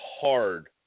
hard